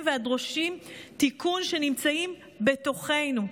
והדורשים תיקון שנמצאים בתוכנו.